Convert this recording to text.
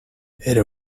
era